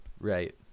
right